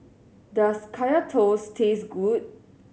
does Kaya Toast taste good